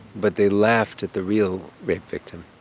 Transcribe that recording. but they laughed at the real rape victim